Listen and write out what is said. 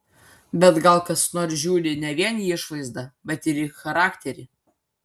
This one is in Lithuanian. bet gal kas nors žiūri ne vien į išvaizdą bet ir į charakterį